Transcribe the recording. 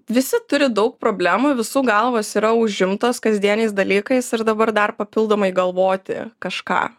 visi turi daug problemų visų galvos yra užimtos kasdieniais dalykais ir dabar dar papildomai galvoti kažką